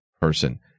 person